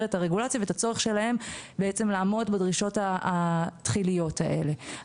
את הרגולציה ואת הצורך שלהם לעמוד בדרישות התחיליות האלה.